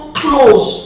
close